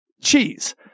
cheese